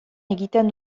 egiten